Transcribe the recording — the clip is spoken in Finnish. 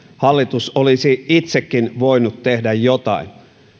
hallitus olisi itsekin voinut tehdä jotain